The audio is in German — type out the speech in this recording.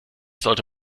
sollte